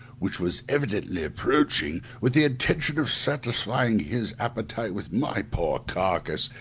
which was evidently approaching with the intention of satisfying his appetite with my poor carcase,